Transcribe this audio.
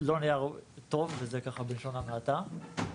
לא נהיה טוב, וזה בלשון המעטה,